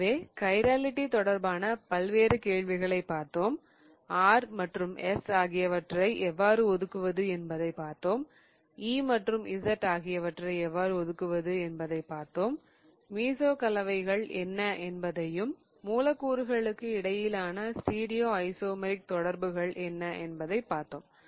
எனவே கைராலிட்டி தொடர்பான பல்வேறு கேள்விகளைப் பார்த்தோம் R மற்றும் S ஆகியவற்றை எவ்வாறு ஒதுக்குவது என்பதைப் பார்த்தோம் E மற்றும் Z ஆகியவற்றை எவ்வாறு ஒதுக்குவது என்பதைப் பார்த்தோம் மீசோ கலவைகள் என்ன என்பதையும் மூலக்கூறுகளுக்கு இடையிலான ஸ்டீரியோ ஐசோமெரிக் தொடர்புகள் என்ன என்பதைப் பார்த்தோம்